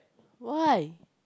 why